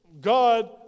God